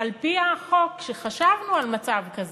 על-פי החוק, כשחשבנו על מצב כזה,